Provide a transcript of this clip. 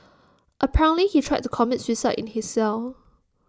apparently he tried to commit suicide in his cell